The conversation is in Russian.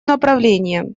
направлением